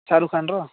ଶାରୁଖାନ୍ର